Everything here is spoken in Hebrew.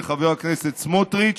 לחבר הכנסת סמוטריץ